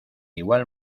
igual